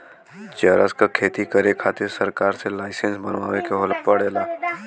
चरस क खेती करे खातिर सरकार से लाईसेंस बनवाए के पड़ेला